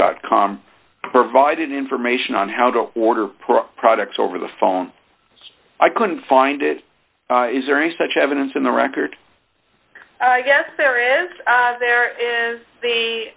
dot com provided information on how to order products over the phone i couldn't find it is there any such evidence in the record i guess there is there is